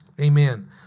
Amen